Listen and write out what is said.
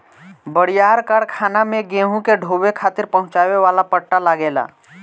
बड़ियार कारखाना में गेहूं के ढोवे खातिर पहुंचावे वाला पट्टा लगेला